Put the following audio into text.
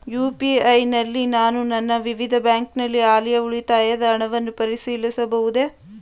UPI ನಲ್ಲಿ ನಾನು ನನ್ನ ವಿವಿಧ ಬ್ಯಾಂಕಿನ ಹಾಲಿ ಉಳಿತಾಯದ ಹಣವನ್ನು ಪರಿಶೀಲಿಸಬಹುದೇ?